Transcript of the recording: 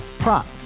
Prop